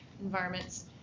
environments